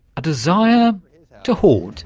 a desire to hoard.